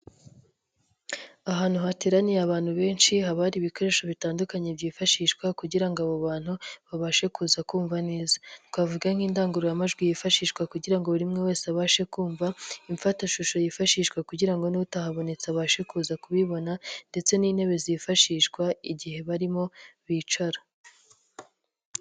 Ahantu hateraniye abantu benshi haba hari ibikoresho bitandukanye byifashishwa kugira ngo abo bantu babashe kuza kumva neza. Twavuga nk'indangururamajwi yifashishwa kugira ngo buri umwe wese abashe kumva, imfatashusho yifashishwa kugira ngo n'utahabonetse abashe kuza kubibona ndetse n'intebe zifashishwa igihe barimo bicara.